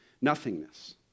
nothingness